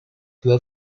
were